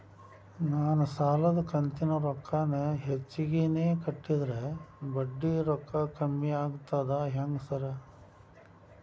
ನಾನ್ ಸಾಲದ ಕಂತಿನ ರೊಕ್ಕಾನ ಹೆಚ್ಚಿಗೆನೇ ಕಟ್ಟಿದ್ರ ಬಡ್ಡಿ ರೊಕ್ಕಾ ಕಮ್ಮಿ ಆಗ್ತದಾ ಹೆಂಗ್ ಸಾರ್?